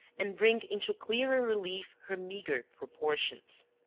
and bring into clearer relief her meagre proportions.